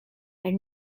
elle